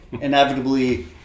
inevitably